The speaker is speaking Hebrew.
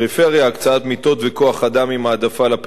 הקצאת מיטות וכוח-אדם עם העדפה לפריפריה,